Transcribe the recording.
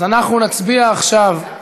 אז אנחנו נצביע עכשיו,